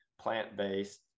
plant-based